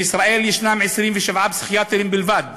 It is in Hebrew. בישראל יש 27 פסיכיאטרים בלבד